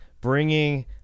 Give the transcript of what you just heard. bringing